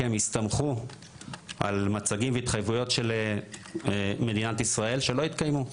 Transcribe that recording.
כי הם הסתמכו על מצגים והתחייבויות של מדינת ישראל שלא התקיימו.